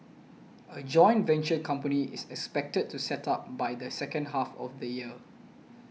a joint venture company is expected to set up by the second half of the year